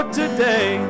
today